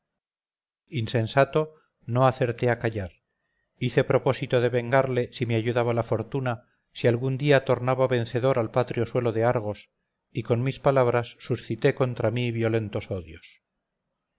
insensato no acerté a callar hice propósito de vengarle si me ayudaba la fortuna si algún día tornaba vencedor al patrio suelo de argos y con mis palabras suscité contra mí violentos odios